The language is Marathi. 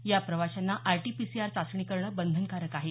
या प्रवाशांना आरटीपीसीआर चाचणी करणं बंधनकारक आहे